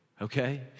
Okay